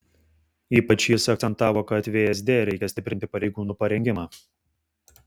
ypač jis akcentavo kad vsd reikia stiprinti pareigūnų parengimą